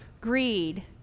greed